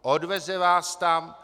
Odveze vás tam.